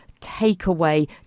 takeaway